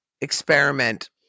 experiment